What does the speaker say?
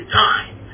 time